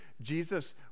Jesus